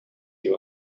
you